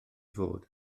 fod